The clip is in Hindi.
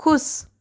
ख़ुश